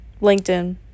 LinkedIn